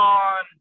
on